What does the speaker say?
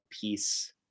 piece